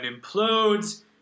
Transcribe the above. implodes